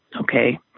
okay